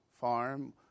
farm